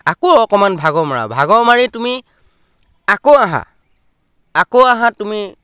আকৌ অকণমান ভাগৰ মাৰা ভাগ মাৰি তুমি আকৌ আহা আকৌ আহা তুমি